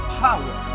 power